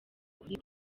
kuri